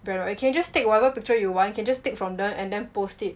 brand right you can just take whatever picture you want you can just take from them and then post it